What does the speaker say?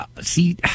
see